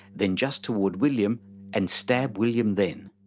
then just toward william and stab william then.